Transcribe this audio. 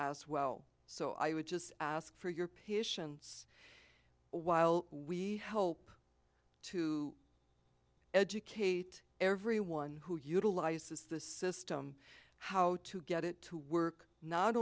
as well so i would just ask for your patience while we help to educate everyone who utilizes the system how to get it to work not